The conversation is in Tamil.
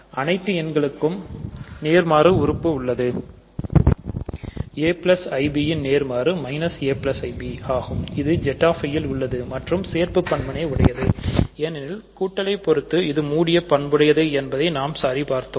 அனைத்து எண்களுக்கும் நேர்மாறு உறுப்பு உள்ளதுaib நேர்மாறு உடையது ஏனெனில் கூட்ட லைப் பொறுத்து இது மூடிய பண்புடையது என்பதை நாம் சரி பார்த்திருந்தோம்